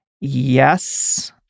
Yes